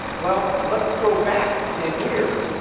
well, let's go back ten years.